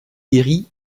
guérie